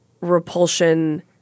repulsion-